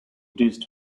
reduced